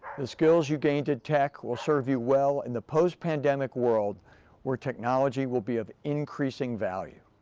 the skills you gained at tech will serve you well in the post-pandemic world where technology will be of increasing value.